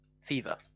Fever